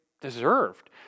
deserved